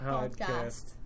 Podcast